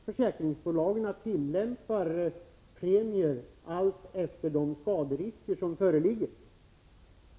Försäkringsbolagen tillämpar premier alltefter de skaderisker som föreligger.